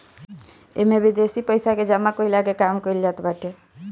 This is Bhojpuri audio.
इमे विदेशी पइसा के जमा कईला के काम कईल जात बाटे